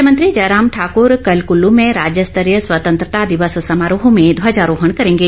मुख्यमंत्री जयराम ठाकुर कल कुल्लू में राज्य स्तरीय स्वतंत्रता दिवस समारोह में ध्वजारोहण करेंगे